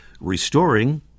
restoring